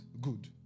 good